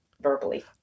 verbally